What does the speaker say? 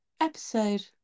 episode